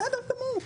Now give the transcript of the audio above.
בסדר גמור.